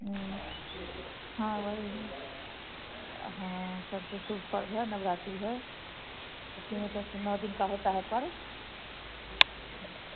हाँ वही हँ सबसे सुभ पर्व है नवरात्रि है उसमें त अथी नौ दिन का होता है पर्व